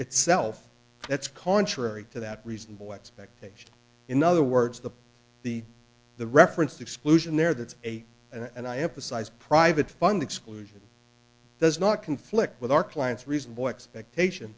itself that's contrary to that reasonable expectation in other words the the the referenced exclusion there that's a and i emphasize private fund exclusion does not conflict with our client's reasonable expectation